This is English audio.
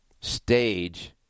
stage